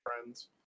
friends